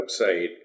website